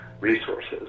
resources